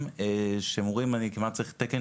ומסמכים שהם אומרים אני כמעט צריך תקן